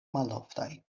maloftaj